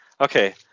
Okay